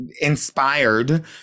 inspired